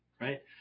right